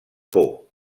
por